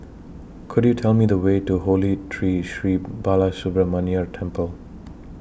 Could YOU Tell Me The Way to Holy Tree Sri Balasubramaniar Temple